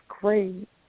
great